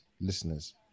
listeners